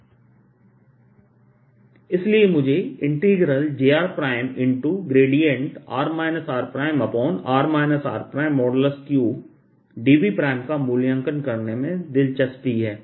Br04π jrr rr r3dV0jrr rdV 04πjrr rr r3dV0j इसलिए मुझे jrr rr r3dVका मूल्यांकन करने में दिलचस्पी है